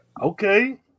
Okay